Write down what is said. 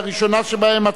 לראשונה שבהן,